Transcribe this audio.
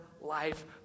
life